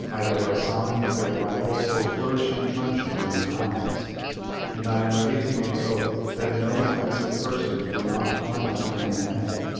either by sawing at their bridles or flourishing truncheons in their eyes and i am ready to make oath that no inoffensive persons were knocked violently on the head,